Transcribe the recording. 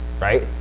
right